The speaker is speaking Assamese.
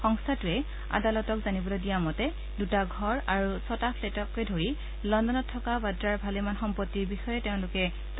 সংস্থাটোৱে আদালতক জানিবলৈ দিয়া মতে দুটা ঘৰ আৰু ছটা ফ্লেটকে ধৰি লণ্ডনত থকা ৱাদ্ৰাৰ ভালেমান সম্পত্তিৰ বিষয়ে তেওঁলোকে তথ্য লাভ কৰিছে